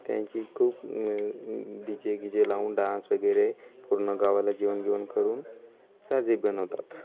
त्यांची खूप D J गिजे लावून डान्स वगैरे पूर्ण गावाला जेवण बिवण करून साजरे बनवतात